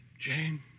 Jane